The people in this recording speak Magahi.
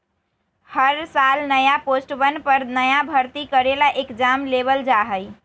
हर साल नया पोस्टवन पर नया भर्ती करे ला एग्जाम लेबल जा हई